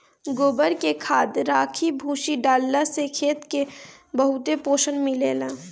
गोबर के खाद, राखी, भूसी डालला से खेत के बहुते पोषण मिलेला